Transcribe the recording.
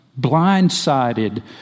blindsided